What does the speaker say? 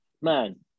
man